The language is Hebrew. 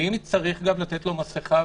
ואם צריך גם לתת לו מסכה,